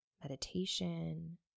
meditation